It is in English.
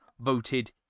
voted